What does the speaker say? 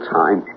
time